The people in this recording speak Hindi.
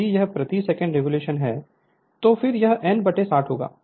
यदि यह प्रति सेकंड रिवॉल्यूशन है तो यह N 60 होगा